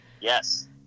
Yes